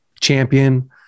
champion